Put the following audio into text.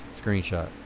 screenshot